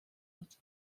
hat